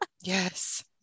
Yes